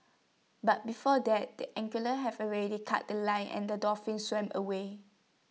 but before that the angler have already cut The Line and the dolphin swam away